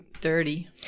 dirty